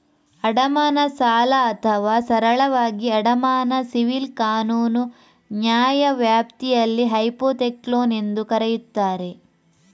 ಅಡಮಾನ ಸಾಲ ಅಥವಾ ಸರಳವಾಗಿ ಅಡಮಾನ ಸಿವಿಲ್ ಕಾನೂನು ನ್ಯಾಯವ್ಯಾಪ್ತಿಯಲ್ಲಿ ಹೈಪೋಥೆಕ್ಲೋನ್ ಎಂದೂ ಕರೆಯುತ್ತಾರೆ